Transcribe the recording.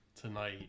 tonight